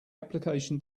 application